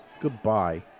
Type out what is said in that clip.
Goodbye